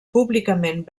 públicament